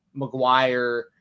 McGuire